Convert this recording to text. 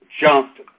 jumped